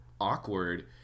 awkward